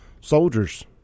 soldiers